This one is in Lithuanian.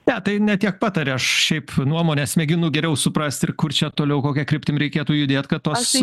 ne tai ne tiek pataria aš šiaip nuomones mėginu geriau suprasti ir kur čia toliau kokia kryptim reikėtų judėt kad tos